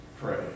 pray